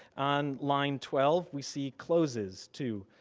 on line twelve we see closes too,